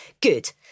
good